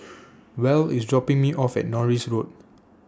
Val IS dropping Me off At Norris Road